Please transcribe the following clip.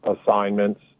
assignments